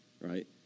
right